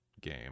game